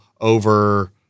over